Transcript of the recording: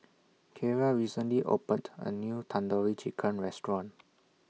Kierra recently opened A New Tandoori Chicken Restaurant